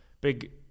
big